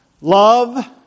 Love